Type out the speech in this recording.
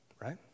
right